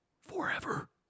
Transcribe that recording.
forever